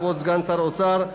כבוד סגן שר האוצר,